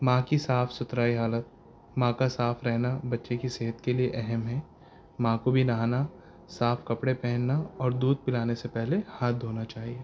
ماں کی صاف ستھرائی حالت ماں کا صاف رہنا بچے کی صحت کے لیے اہم ہے ماں کو بھی نہانا صاف کپڑے پہننا اور دودھ پلانے سے پہلے ہاتھ دھونا چاہیے